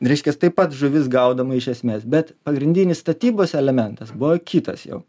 reiškias taip pat žuvis gaudoma iš esmės bet pagrindinis statybos elementas buvo kitas jau